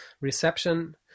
reception